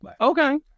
Okay